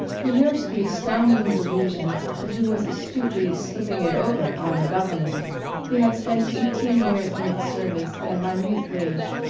he nursed the astounding delusion that he was astutely slipping it over on the government he had spent eighteen years in its service at a minute wage,